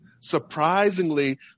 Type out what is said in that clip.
Surprisingly